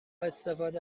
استفاده